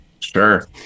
Sure